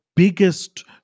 biggest